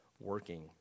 working